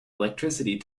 electricity